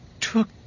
took